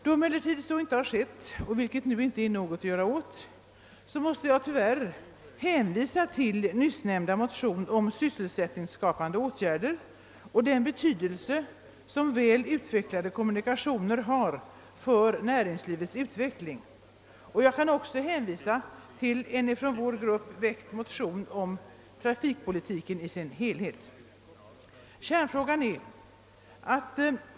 Då så emellertid inte skett — det är inte något att göra åt nu — måste jag tyvärr hänvisa till nyssnämnda motion om sysselsättningsskapande åtgärder och den betydelse som väl utvecklade kommunikationer har för näringslivets utveckling. Jag kan också hänvisa till en av vår grupp väckt motion om trafikpolitiken i dess helhet.